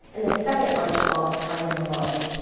and the second-largest ball of twine in the world.